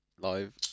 live